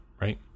right